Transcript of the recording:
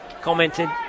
commented